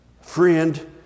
friend